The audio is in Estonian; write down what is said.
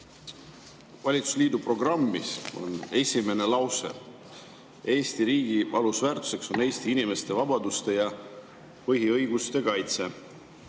valitsusliidu programmi esimene lause on: "Eesti riigi alusväärtuseks on Eesti inimeste vabaduste ja põhiõiguste kaitse."